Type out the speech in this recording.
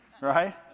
right